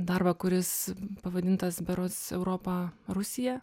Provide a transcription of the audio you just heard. darbą kuris pavadintas berods europa rusija